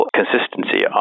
consistency